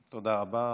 תודה רבה.